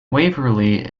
waverley